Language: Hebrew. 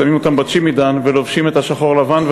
שמים אותם בצ'ימידן ולובשים את השחור-לבן,